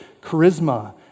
charisma